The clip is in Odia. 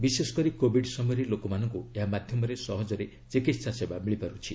ବିଶେଷ କରି କୋବିଡ୍ ସମୟରେ ଲୋକମାନଙ୍କୁ ଏହା ମାଧ୍ୟମରେ ସହଜରେ ଚିକିତ୍ସା ସେବା ମିଳିପାରୁଛି